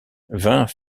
vingt